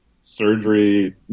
surgery